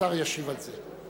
השר ישיב על זה.